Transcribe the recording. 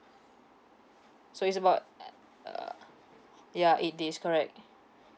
so it's about ya eight days correct